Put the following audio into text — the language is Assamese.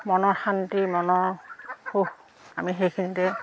মনৰ শান্তি মনৰ সুখ আমি সেইখিনিতে